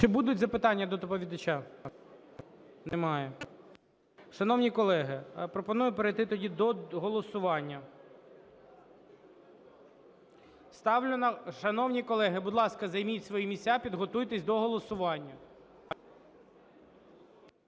Ще будуть запитання до доповідача? Немає. Шановні колеги, пропоную перейти тоді до голосування. Ставлю… Шановні колеги, будь ласка, займіть свої місця, підготуйтесь до голосування.